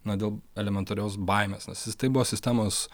na dėl elementarios baimės tai buvo sistemos